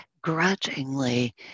grudgingly